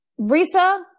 Risa